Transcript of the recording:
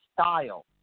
style